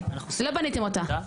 לא בניתם אותה.